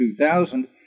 2000